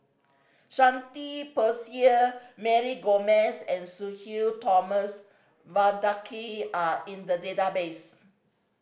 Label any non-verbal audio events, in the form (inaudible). Shanti (unintelligible) Mary Gomes and Sudhir Thomas Vadaketh are in the database